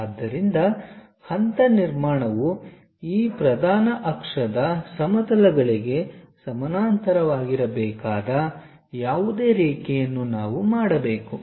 ಆದ್ದರಿಂದ ಹಂತ ನಿರ್ಮಾಣವು ಈ ಪ್ರಧಾನ ಅಕ್ಷದ ಸಮತಲಗಳಿಗೆ ಸಮಾನಾಂತರವಾಗಿರಬೇಕಾದ ಯಾವುದೇ ರೇಖೆಯನ್ನು ನಾವು ಮಾಡಬೇಕು